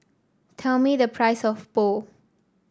tell me the price of Pho